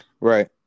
Right